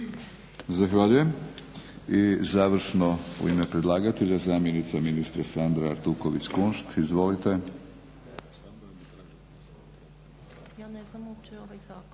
Zahvaljujem. I završno u ime predlagatelj zamjenica ministra Sandra Artuković Kunšt. Izvolite. **Artuković Kunšt,